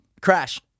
Crash